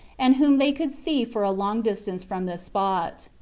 and whom they could see for a long distance from this spot.